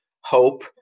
hope